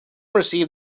received